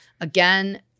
Again